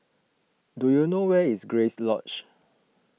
do you know where is Grace Lodge